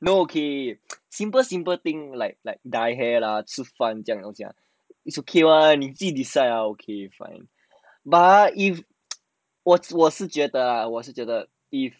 no okay simple simple thing like like dye hair lah 吃饭这样子 it's okay one 你自己 decide ya okay fine but if 我是我是觉得我是觉得 if